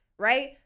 right